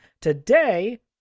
Today